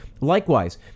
Likewise